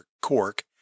cork